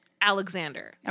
Alexander